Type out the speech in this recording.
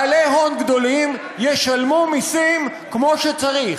בעלי הון גדולים ישלמו מסים כמו שצריך.